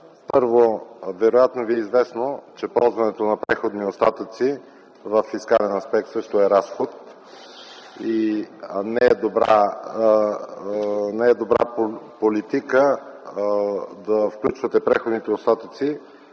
Първо, вероятно Ви е известно, че ползването на преходни остатъци във фискален аспект също е разход и не е добра политика да включвате преходните остатъци